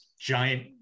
giant